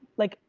like,